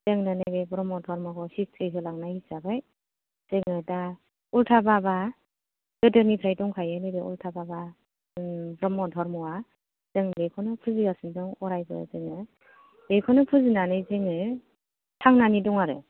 जोंनो नैबे ब्रम्ह धोरोमखौ हिस्ट'रि होलांनाय हिसाबै जोङो दा उल्था बाबा गोदोनिफ्राय दंखायो नैबे उल्था बाबा ब्रम्ह धोरोमआ जों बेखौनो फुजिगासिनो दं अरायबो जोङो बेखौनो फुजिनानै जोङो थांनानै दं आरो